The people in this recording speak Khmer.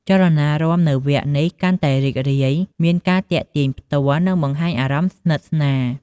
ចលនារាំនៅវគ្គនេះកាន់តែរីករាយ មានការទាក់ទងផ្ទាល់ និងបង្ហាញអារម្មណ៍ស្និទ្ធស្នាល។